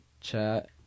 chat